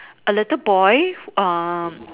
a little boy um